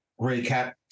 recap